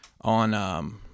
on